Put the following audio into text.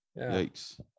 Yikes